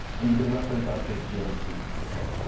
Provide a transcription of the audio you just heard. and you can reference that state to be able to do something with it.